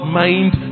mind